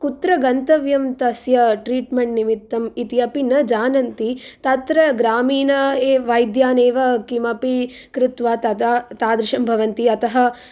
कुत्र गन्तव्यं तस्य ट्रीट्मेण्ट् निमित्तम् इति अपि न जानन्ति तत्र ग्रामीणवैद्यान् एव किमपि कृत्वा तदा तादृशं भवन्ति अतः